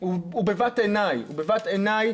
הוא בבת עיניי,